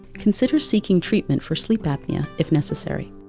consider seeking treatment for sleep apnea if necessary.